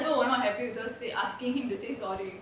no a lot of people were not happy because they asking him to say sorry